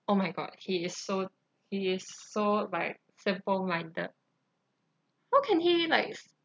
oh my god he is so he is so like simple minded how can he like